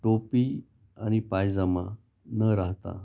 टोपी आणि पायजमा न राहता